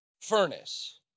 furnace